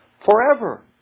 Forever